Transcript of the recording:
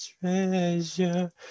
treasure